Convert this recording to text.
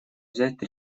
взять